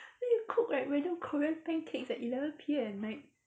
then you cook like random korean pancakes at eleven P_M at night